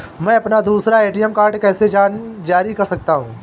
मैं अपना दूसरा ए.टी.एम कार्ड कैसे जारी कर सकता हूँ?